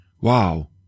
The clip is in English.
wow